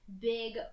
big